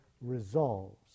resolves